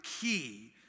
key